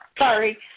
Sorry